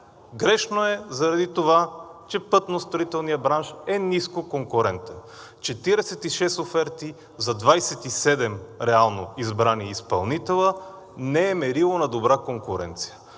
Грешно е заради това, че пътностроителният бранш е нискоконкурентен. 46 оферти за 27 реално избрани изпълнителя не е мерило на добра конкуренция.